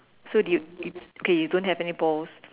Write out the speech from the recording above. so do you do okay you don't have any balls